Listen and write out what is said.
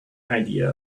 idea